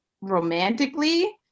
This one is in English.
romantically